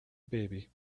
baby